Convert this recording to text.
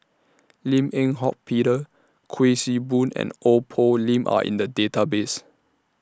Lim Eng Hock Peter Kuik Swee Boon and Ong Poh Lim Are in The Database